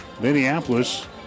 Minneapolis